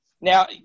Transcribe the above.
now